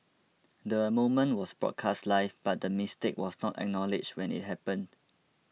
the moment was broadcast live but the mistake was not acknowledged when it happened